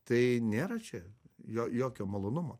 tai nėra čia jo jokio malonumo